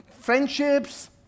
friendships